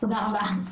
תודה רבה.